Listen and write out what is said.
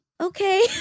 okay